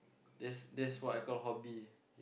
that's that's what I call hobby